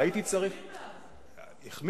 הייתי צריך --- המצב רק החמיר מאז.